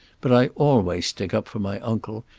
but i always stick up for my uncle,